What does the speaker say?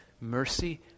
mercy